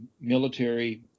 military